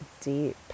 deep